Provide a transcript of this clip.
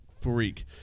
freak